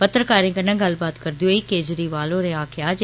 पत्रकारें कन्नै गल्लबात करदे होई केजरीवाल होरें आक्खेआ जे